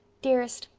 dearest,